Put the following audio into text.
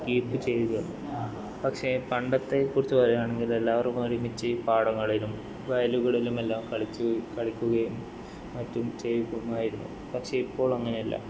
keep ചെയ്യുക പക്ഷെ പണ്ടത്തെക്കുറിച്ച് പറയുവാണെങ്കിൽ എല്ലാവരുമൊരുമിച്ച് പാടങ്ങളിലും വയലുകളിലുമെല്ലാം കളിച്ച് കളിക്കുകയും മറ്റും ചെയ്യുമായിരുന്നു പക്ഷെ ഇപ്പോൾ അങ്ങനെയല്ല